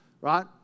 right